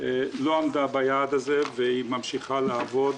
אבל לא עמדה ביעד הזה, היא ממשיכה לעבוד